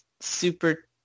super